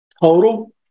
total